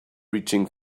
reaching